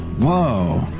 Whoa